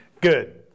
Good